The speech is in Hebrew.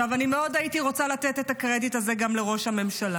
אני הייתי רוצה מאוד לתת את הקרדיט הזה גם לראש הממשלה.